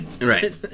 Right